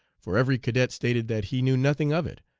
for every cadet stated that he knew nothing of it,